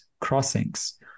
crossings